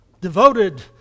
devoted